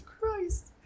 Christ